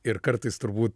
ir kartais turbūt